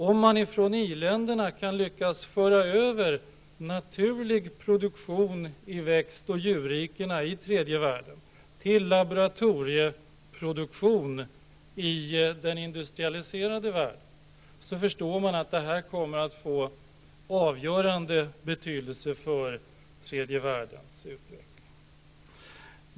Om man från industriländerna lyckas föra över naturlig produktion i växt och djurrikena i tredje världen till laboratorieproduktion i den industrialiserade världen, förstår man att detta kommer att få avgörande betydelse för tredje världens utveckling.